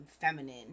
feminine